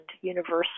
universal